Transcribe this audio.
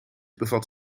bevat